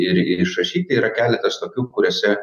ir ir išrašyti yra keletas tokių kuriose